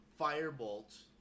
Firebolt